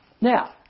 Now